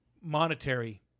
monetary—